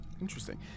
Interesting